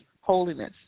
holiness